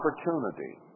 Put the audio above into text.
opportunity